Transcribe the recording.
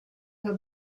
have